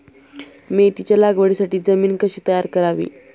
मेथीच्या लागवडीसाठी जमीन कशी तयार करावी?